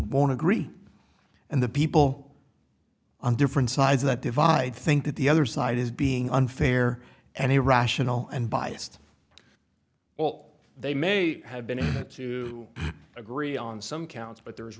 one agree and the people on different sides that divide think that the other side is being unfair and irrational and biased well they may have been to agree on some counts but there